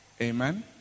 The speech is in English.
Amen